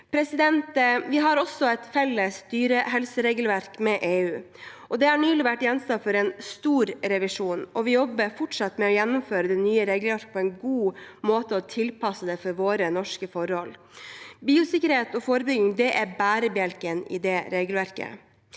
framover. Vi har også et felles dyrehelseregelverk med EU. Det har nylig vært gjenstand for en stor revisjon. Vi jobber fortsatt med å gjennomføre det nye regelverket på en god måte og tilpasse det til norske forhold. Biosikkerhet og forebygging er bærebjelken i det regelverket,